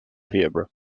peterborough